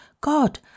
God